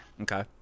Okay